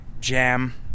jam